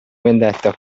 vendetta